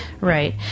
Right